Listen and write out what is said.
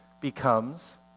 becomes